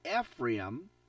Ephraim